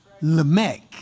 Lamech